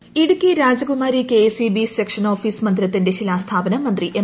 B Idukki Rajakumari KSEB section office മന്ദിരത്തിന്റെ ശിലാസ്ഥാപനം മന്ത്രി എം